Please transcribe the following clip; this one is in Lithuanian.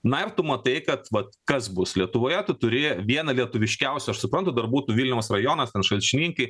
na ir tu matai kad vat kas bus lietuvoje tu turi vieną lietuviškiausių aš suprantu dar būtų vilniaus rajonas šalčininkai